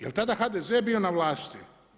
Jel' tada HDZ bio na vlasti?